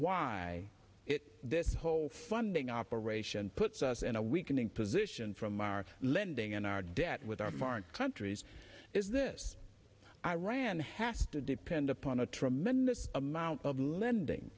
why it this whole funding operation puts us in a weakening position from our lending and our debt with our foreign countries is this iran has to depend upon a tremendous amount of lending